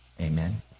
Amen